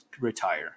retire